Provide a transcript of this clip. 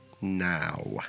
now